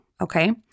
Okay